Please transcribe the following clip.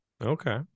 Okay